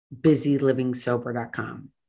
busylivingsober.com